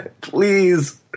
Please